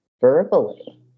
verbally